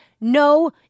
no